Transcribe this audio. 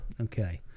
Okay